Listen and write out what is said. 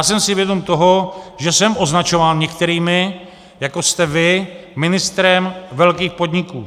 Jsem si vědom toho, že jsem označován některými, jako jste vy, ministrem velkých podniků.